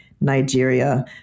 Nigeria